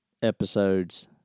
Episodes